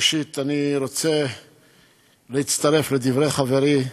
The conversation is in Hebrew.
ראשית, אני רוצה להצטרף לדברי חברי,